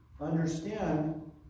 understand